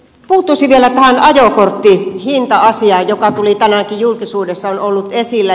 puuttuisin vielä tähän ajokortin hinta asiaan joka on tänään julkisuudessakin ollut esillä